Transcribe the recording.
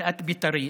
שאת בית"רית,